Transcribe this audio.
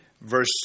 Verse